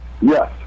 Yes